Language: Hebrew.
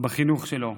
בחינוך שלו.